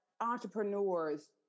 entrepreneurs